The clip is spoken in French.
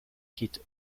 quitte